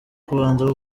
kubanza